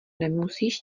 nemusíš